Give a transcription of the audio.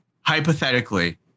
hypothetically